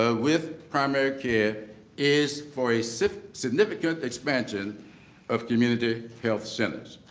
ah with primary care is for a significant expansion of community health centers.